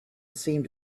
seemed